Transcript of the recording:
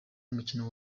mukino